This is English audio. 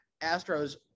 Astros